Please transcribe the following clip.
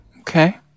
okay